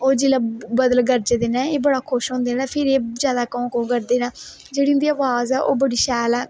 ओह जिसले बदल गरजदे न एह् बड़ा खुश होंदे फिर एह् ज्यादा कोंको करदे न जेहड़ी उंदी आबाज ऐ ओह् बड़ी शैल ऐ